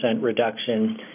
reduction